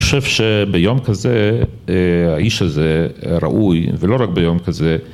‫אני חושב שביום כזה, ‫האיש הזה ראוי, ולא רק ביום כזה...